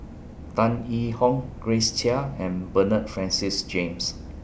Tan Yee Hong Grace Chia and Bernard Francis James